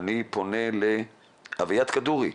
אני פונה לאביעד כדורי.